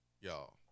Y'all